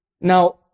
Now